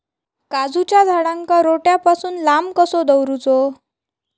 काजूच्या झाडांका रोट्या पासून लांब कसो दवरूचो?